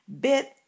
Bit